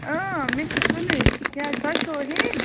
مےٚ چھِ کٕنٕنۍ کیٛازِ تۄہہِ چھَوا ہیٚنۍ